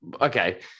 okay